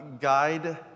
guide